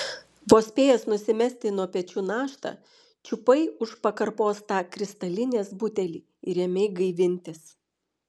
vos spėjęs nusimesti nuo pečių naštą čiupai už pakarpos tą kristalinės butelį ir ėmei gaivintis